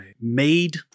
made